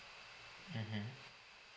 mmhmm